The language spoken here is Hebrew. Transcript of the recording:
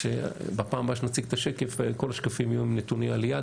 שבפעם הבאה שנציג את השקף כל השקפים יהיו עם נתוני עלייה.